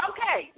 Okay